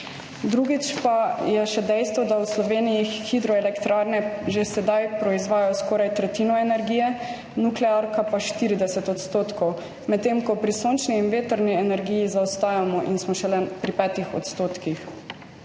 Drugič pa je še dejstvo, da v Sloveniji hidroelektrarne že sedaj proizvajajo skoraj tretjino energije, nuklearka pa 40 %, medtem ko pri sončni in vetrni energiji zaostajamo in smo šele pri 5 %. Zato